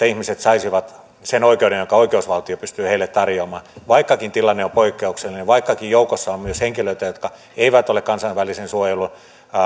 ihmiset saisivat sen oikeuden jonka oikeusvaltio pystyy heille tarjoamaan vaikkakin tilanne on poikkeuksellinen vaikkakin joukossa on myös henkilöitä jotka eivät ole kansainvälisen suojelun